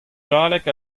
galleg